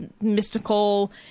mystical